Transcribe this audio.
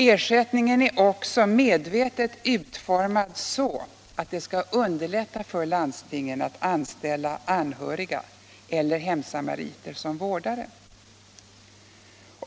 Ersättningsbestämmelserna är också medvetet utformade så att de skall underlätta för landstingen att anställa anhöriga eller hemsamariter som vårdare.